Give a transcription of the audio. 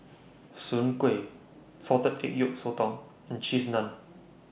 Soon Kway Salted Egg Yolk Sotong and Cheese Naan